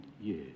Yes